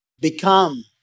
become